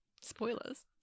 spoilers